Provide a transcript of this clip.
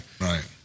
Right